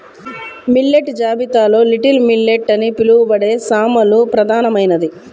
millet జాబితాలో little millet అని పిలవబడే సామలు ప్రధానమైనది